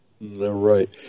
right